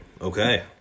Okay